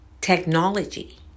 technology